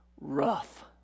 rough